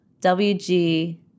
W-G